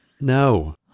No